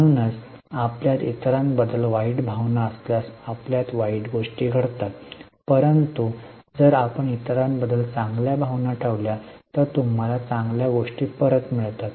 म्हणूनच आपल्यात इतरांबद्दल वाईट भावना असल्यास आपल्यात वाईट गोष्टी घडतात परंतु जर आपण इतरांबद्दल चांगल्या भावना ठेवल्या तर तुम्हाला चांगल्या गोष्टी परत मिळतात